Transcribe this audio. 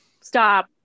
Stop